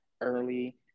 early